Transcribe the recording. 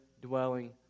dwelling